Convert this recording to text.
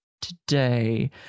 today